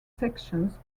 sections